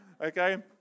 okay